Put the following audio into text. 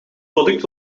product